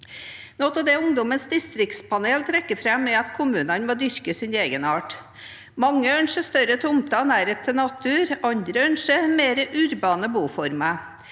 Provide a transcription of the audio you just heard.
Noe av det ungdommens distriktspanel trekker fram, er at kommunene må dyrke sin egenart. Mange ønsker større tomter og nærhet til natur, andre ønsker mer urbane boformer.